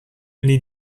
les